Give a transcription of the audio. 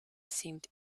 seemed